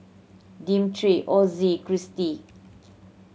Dimitri Ozzie Cristy